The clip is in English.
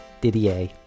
Didier